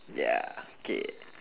ya K